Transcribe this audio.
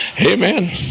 amen